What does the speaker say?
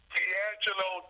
D'Angelo